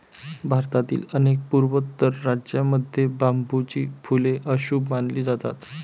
भारतातील अनेक पूर्वोत्तर राज्यांमध्ये बांबूची फुले अशुभ मानली जातात